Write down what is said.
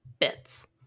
bits